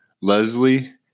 Leslie